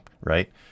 Right